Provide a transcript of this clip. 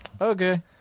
Okay